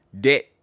debt